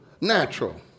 natural